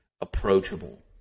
approachable